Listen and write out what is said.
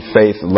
faith